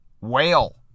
Whale